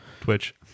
Twitch